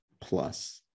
plus